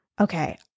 okay